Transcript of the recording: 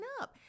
up